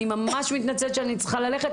אני ממש מתנצלת שאני צריכה ללכת.